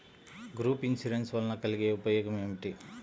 Group insurance వలన కలిగే ఉపయోగమేమిటీ?